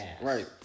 Right